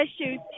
issues